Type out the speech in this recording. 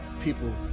people